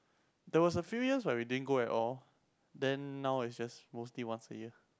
there was a few years when we didn't go at all then now is just mostly once a year